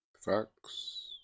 Facts